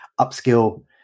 upskill